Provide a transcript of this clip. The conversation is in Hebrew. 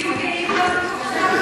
תהיו גאים,